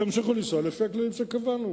תמשיכו לנסוע לפי הכללים שקבענו.